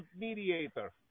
mediator